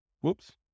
Whoops